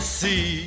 see